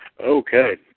Okay